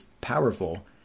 powerful